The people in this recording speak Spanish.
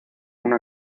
una